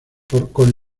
con